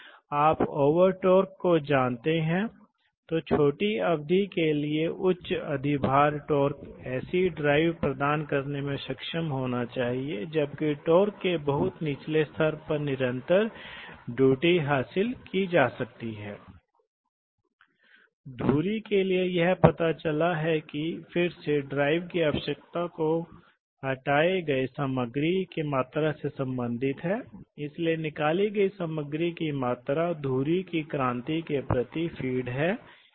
Pd Pu के आधार पर यदि Pd Pu यह फ़ंक्शन दिए गए तो यह फ़ंक्शन Pd Pu के आधार पर प्रवाह दर में उतार चढ़ाव का कारण बनता है इसलिए लेकिन यदि आप Pd Pu अनुपात को एक निश्चित कारक से नीचे रखते हैं जैसे आप 05 जैसा कुछ जानते हैं तो क्या होता है कि यह फ़ंक्शन स्थिर हो जाता है और फिर प्रवाह दर केवल इस पर निर्भर करेगी आप एक दबाव निर्वहन गुणांक क्षेत्र वगैरह जैसी चीजों को जानते हैं यही है कि प्रवाह में उतार चढ़ाव कम होगा